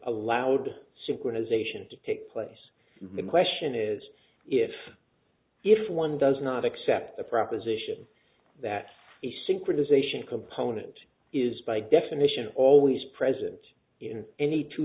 allowed synchronization to take place the question is if if one does not accept the proposition that the synchronization component is by definition always present in any two